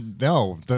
No